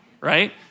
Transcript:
right